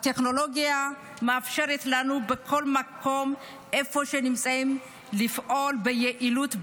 הטכנולוגיה מאפשרת לנו בכל מקום שבו אנחנו נמצאים לפעול ביעילות,